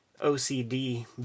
ocd